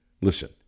Listen